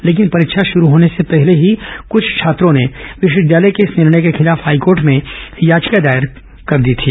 लेकिन परीक्षा शुरू होने से पहले ही कुछ छात्रों ने विश्वविद्यालय के इस निर्णय के खिलाफ हाईकोर्ट में याचिका दायर कर दी थी